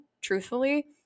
truthfully